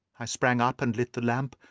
i sprang up and lit the lamp,